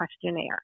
questionnaire